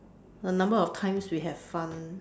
the number of times we have fun